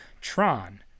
tron